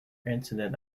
incident